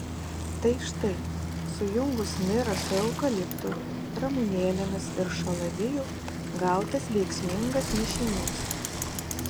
tai štai sujungus mirą su eukaliptu ramunėlėmis ir šalaviju gautas veiksmingas mišinys